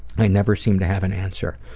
i never seem to have an answer.